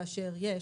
כאשר יש,